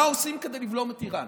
מה עושים כדי לבלום את איראן.